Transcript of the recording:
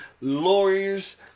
lawyers